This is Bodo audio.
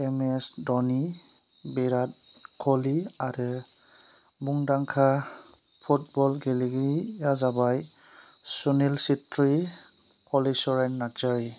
एम एस धनि बिरात कलि आरो मुंदांखा फुटबल गेलेगिरिया जाबाय सुनिल चेथ्रि हलिचरन नार्जारि